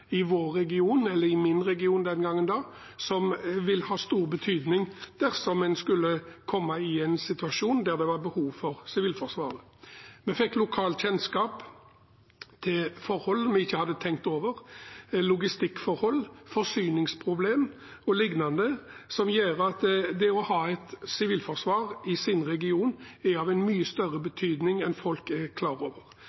i min region, den gangen, som vil ha stor betydning dersom en skulle komme i en situasjon der det er behov for Sivilforsvaret. Vi fikk lokal kjennskap til forhold vi ikke hadde tenkt over, som logistikkforhold, forsyningsproblem o.l., som gjør at det å ha et sivilforsvar i sin region er av mye større